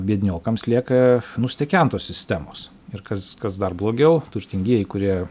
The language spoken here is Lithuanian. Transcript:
biedniokams lieka nustekentos sistemos ir kas kas dar blogiau turtingieji kurie